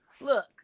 Look